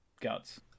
guts